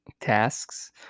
tasks